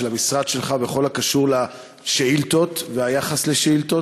המשרד שלך בכל הקשור לשאילתות והיחס לשאילתות.